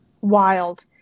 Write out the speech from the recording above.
Wild